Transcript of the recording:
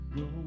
go